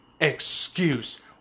excuse